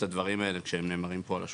הדברים האלה כשהם נאמרים פה על השולחן.